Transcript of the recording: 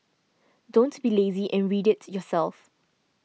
don't be lazy and read it yourself